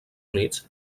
units